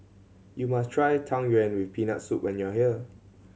you must try Tang Yuen with Peanut Soup when you are here